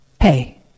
Hey